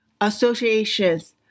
associations